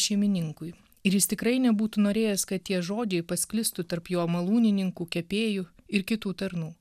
šeimininkui ir jis tikrai nebūtų norėjęs kad tie žodžiai pasklistų tarp jo malūnininkų kepėjų ir kitų tarnų